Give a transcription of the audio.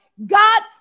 God